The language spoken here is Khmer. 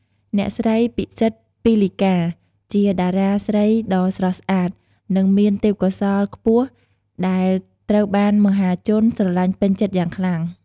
អ្នកស្រី ពិសិដ្ឋ ពីលីកា ជាតារាស្រីដ៏ស្រស់ស្អាត និងមានទេពកោសល្យខ្ពស់ ដែលត្រូវបានមហាជនស្រលាញ់ពេញចិត្តយ៉ាងខ្លាំង។